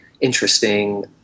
interesting